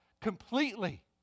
completely